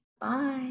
Bye